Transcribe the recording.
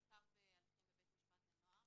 בעיקר בהליכים בבית המשפט לנוער.